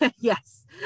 Yes